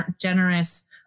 generous